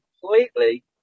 completely